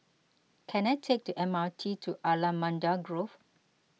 can I take the M R T to Allamanda Grove